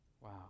Wow